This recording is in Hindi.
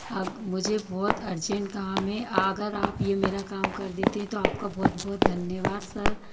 अग मुझे बहुत अर्जेन्ट काम है अगर आप ये मेरा काम कर देते हैं तो आपका बहुत बहुत धन्यवाद सर